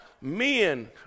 men